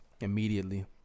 immediately